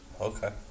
Okay